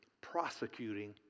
prosecuting